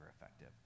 effective